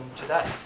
today